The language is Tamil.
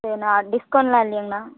சரிண்ணா டிஸ்கவுண்ட்லாம் இல்லையாங்கண்ணா